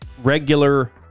regular